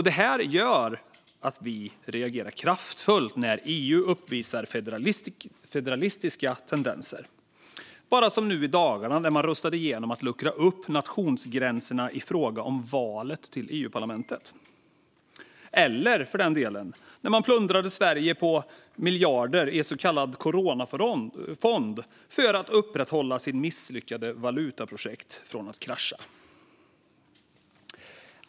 Detta gör att vi reagerar kraftfullt när EU uppvisar federalistiska tendenser, som när man bara nu i dagarna röstade igenom att luckra upp nationsgränserna i fråga om valet till EU-parlamentet, eller för den delen när man plundrade Sverige på miljarder i en så kallad coronafond för att upprätthålla sitt misslyckade valutaprojekt från att krascha.